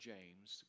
James